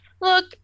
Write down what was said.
Look